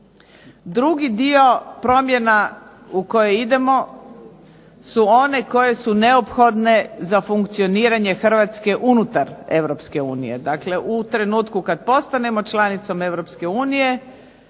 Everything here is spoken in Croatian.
Drugi dio promjena u koje idemo su one koje su neophodne za funkcioniranje Hrvatske unutar Europske unije, dakle u trenutku kada postanemo članicom